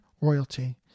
royalty